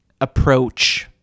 approach